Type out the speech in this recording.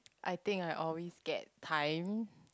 I think I always get timed